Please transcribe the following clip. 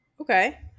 Okay